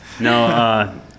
No